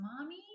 mommy